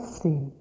see